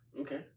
Okay